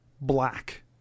black